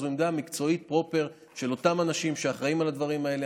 זאת עמדה מקצועית פרופר של אותם אנשים שאחראים לדברים האלה.